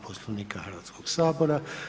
Poslovnika Hrvatskog sabora.